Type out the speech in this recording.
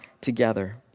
together